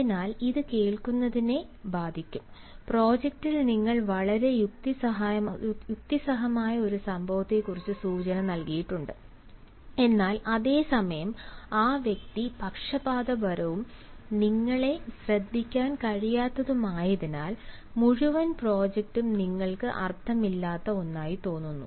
അതിനാൽ ഇത് കേൾക്കുന്നതിനെ ബാധിക്കും പ്രോജക്റ്റിൽ നിങ്ങൾ വളരെ യുക്തിസഹമായ ഒരു സംഭവത്തെക്കുറിച്ച് സൂചന നൽകിയിട്ടുണ്ട് എന്നാൽ അതേ സമയം ആ വ്യക്തി പക്ഷപാതപരവും നിങ്ങളെ ശ്രദ്ധിക്കാൻ കഴിയാത്തതുമായതിനാൽ മുഴുവൻ പ്രോജക്ടും നിങ്ങൾക്ക് അർത്ഥമില്ലാത്ത ഒന്നായി തോന്നുന്നു